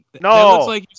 No